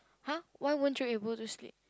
[huh] why won't you able to sleep